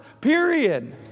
period